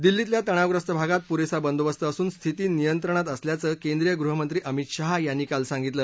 दिल्लीतल्या तणावग्रस्त भागात पुरेसा बंदोबस्त असून स्थिती नियंत्रणात असल्याचं केंद्रिय गृहमंत्री अमित शहा यांनी काल सांगितलं